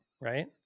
right